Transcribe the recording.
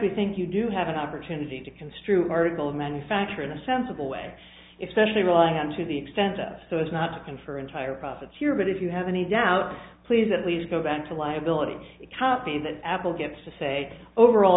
we think you do have an opportunity to construe article of manufacture in a sensible way if specially relying on to the extent of so as not to confer entire profits here but if you have any doubt please at least go back to liability copy that apple gets to say overall